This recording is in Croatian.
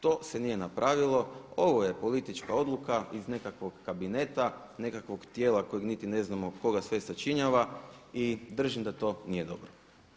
To se nije napravilo, ovo je politička odluka iz nekakvog kabineta, nekakvog tijela kojeg niti ne znamo tko ga sve sačinjava i držim da to nije dobro.